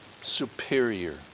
superior